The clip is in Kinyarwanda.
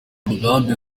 umugambi